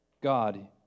God